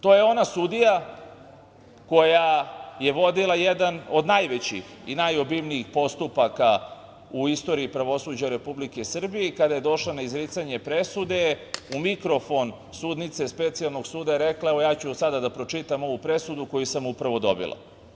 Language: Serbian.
To je ona sudija koja je vodila jedan od najvećih i najobimnijih postupaka u istoriji pravosuđa Republike Srbije, a kada je došla na izricanje presude i u mikrofon sudnice Specijalnog suda je rekla – ja ću sada da pročitam ovu presudu koju sam upravo dobila.